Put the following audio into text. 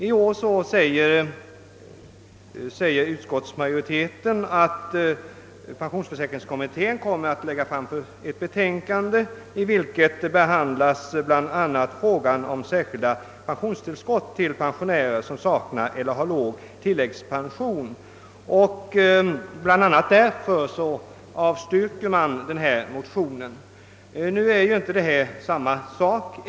I år säger utskottsmajoriteten att pensionsförsäkringskommittén kommer att lägga fram ett betänkande, i vilket bl.a. behandlas frågan om ett särskilt pensionstillskott till pensionärer, vilka saknar eller har låg tilläggspension. Det är bl.a. därför som utskottet nu avstyrker den föreliggande motionen. Detta är inte samma sak.